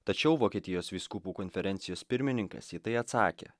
tačiau vokietijos vyskupų konferencijos pirmininkas į tai atsakė